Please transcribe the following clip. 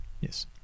Yes